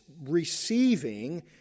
receiving